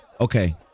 Okay